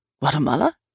Guatemala